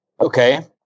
okay